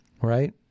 right